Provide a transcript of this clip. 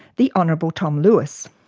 the honourable tom lewis.